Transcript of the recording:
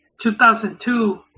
2002